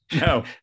No